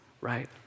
right